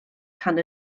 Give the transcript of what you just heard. tan